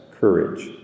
courage